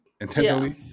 intentionally